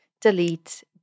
delete